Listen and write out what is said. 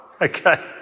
Okay